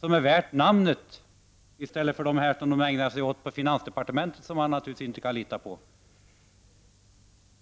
som är värd namnet i stället för de analyser man gör i finansdepartementet och som vi naturligtvis inte kan lita på.